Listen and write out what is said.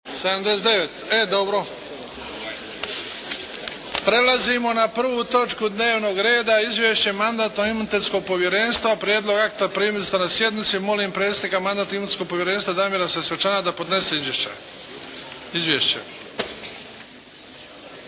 79. E, dobro. Prelazimo na prvu točku dnevnog reda. 1. Izvješće Mandatno-imunitetnog povjerenstva Prijedlog akta primili ste na sjednici. Molim predsjednika Mandatno-imunitetnog povjerenstva Damira Sesvečana da podnese izvješće.